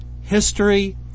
history